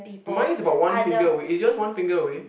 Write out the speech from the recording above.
mine is about one finger away it's just one finger away